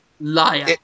liar